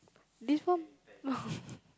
this one